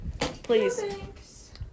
Please